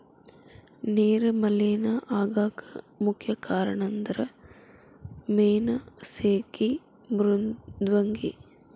ನೇರ ಮಲೇನಾ ಆಗಾಕ ಮುಖ್ಯ ಕಾರಣಂದರ ಮೇನಾ ಸೇಗಿ ಮೃದ್ವಂಗಿ